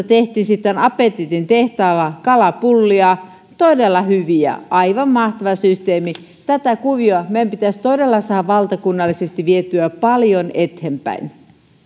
tehtiin sitten apetitin tehtaalla kalapullia todella hyviä aivan mahtava systeemi tätä kuviota meidän pitäisi todella saada valtakunnallisesti vietyä paljon eteenpäin